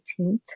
18th